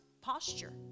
posture